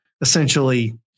essentially